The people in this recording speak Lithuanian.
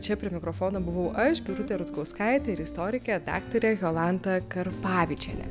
čia prie mikrofono buvau aš birutė rutkauskaitė ir istorikė daktarė jolanta karpavičienė